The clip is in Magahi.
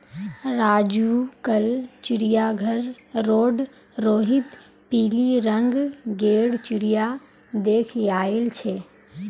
राजू कल चिड़ियाघर रोड रोहित पिली रंग गेर चिरया देख याईल छे